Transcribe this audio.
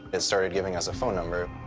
it started giving us a phone number.